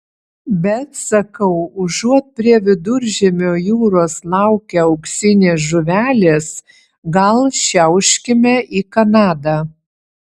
bet sakau užuot prie viduržemio jūros laukę auksinės žuvelės gal šiauškime į kanadą